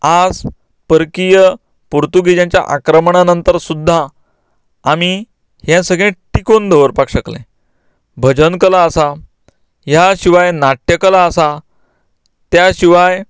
आज परकीय पोर्तुगीजांच्या आक्रमणा नंतर सुद्दां आमी हें सगळें टिकून दवरपाक शकले भजन कला आसा ह्या शिवाय नाट्यकला आसा त्या शिवाय